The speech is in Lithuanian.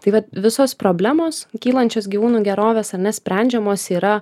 tai vat visos problemos kylančios gyvūnų gerovės ar ne sprendžiamos yra